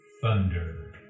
thunder